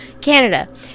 canada